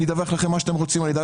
אני אדווח לכם מה שאתם רוצים.